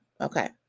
Okay